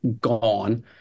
gone